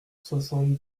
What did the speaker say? soixante